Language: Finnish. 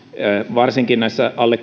varsinkin näissä alle